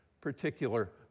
particular